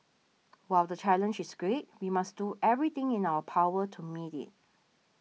while the challenge is great we must do everything in our power to meet it